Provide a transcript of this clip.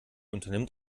unternimmt